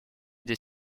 des